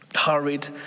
hurried